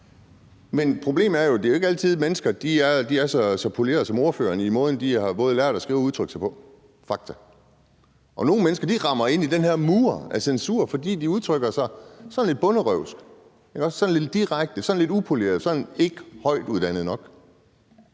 Men problemet er jo, at mennesker ikke altid er så polerede som ordføreren i måden, de har lært at skrive og udtrykke sig på. Det er fakta. Nogle mennesker rammer ind i den her mur af censur, fordi de udtrykker sig sådan lidt bonderøvsk, sådan lidt direkte, sådan lidt upoleret, sådan ikke højtuddannet nok.